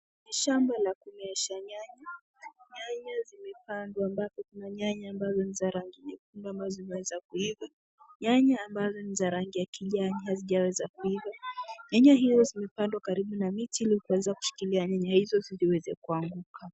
Ni shamba la kumeesha nyanya. Nyanya zimepandwa ambapo kuna nyanya za rangi nyekundu ambazo zimeweza kuiva. Nyanya ambazo ni za rangi ya kijani hazijaweza kuiva. Nyanya hizo zimepandwa karibu na miti ili kuweza kushikilia nyanya hizo zisiweze kuanguka.